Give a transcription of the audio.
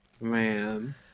man